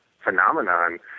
phenomenon